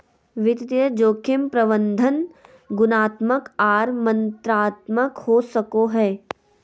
वित्तीय जोखिम प्रबंधन गुणात्मक आर मात्रात्मक हो सको हय